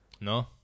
No